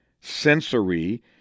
sensory